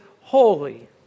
holy